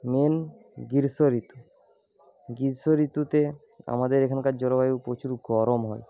main গ্রীষ্ম ঋতু গ্রীষ্ম ঋতুতে আমাদের এখানকার জলবায়ু প্রচুর গরম হয়